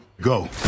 Go